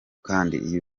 kandi